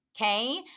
okay